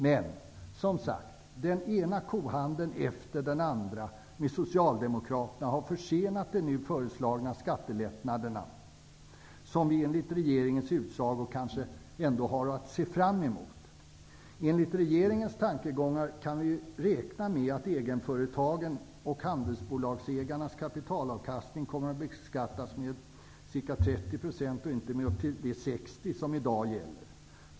Men, som sagt, den ena kohandeln efter den andra med Socialdemokraterna har försenat de föreslagna skattelättnader som vi enligt regeringens utsago kanske ändå har att se fram emot. Enligt regeringens tankegångar kan vi räkna med att egenföretagen och handelsbolagsägarnas kapitalavkastning kommer att beskattas med ca 30 % och inte med upp till 60 %, som i dag gäller.